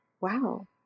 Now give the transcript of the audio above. wow